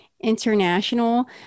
international